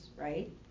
right